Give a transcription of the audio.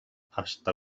hasta